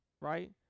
right